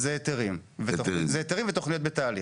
על היתרים ותוכניות בתהליך.